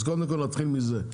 אז קודם כל, נתחיל מזה.